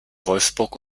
wolfsburg